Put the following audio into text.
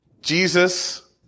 Jesus